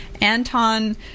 Anton